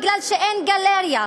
מפני שאין גלריה.